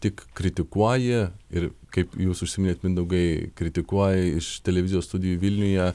tik kritikuoji ir kaip jūs užsiminėt mindaugai kritikuoji iš televizijos studijų vilniuje